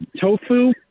tofu